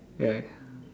yeah